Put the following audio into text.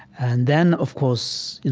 and then, of course,